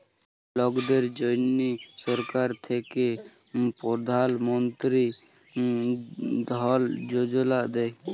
লকদের জ্যনহে সরকার থ্যাকে পরধাল মলতিরি ধল যোজলা দেই